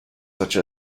such